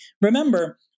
remember